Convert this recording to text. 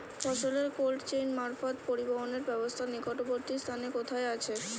ফসলের cold chain মারফত পরিবহনের ব্যাবস্থা নিকটবর্তী স্থানে কোথায় আছে?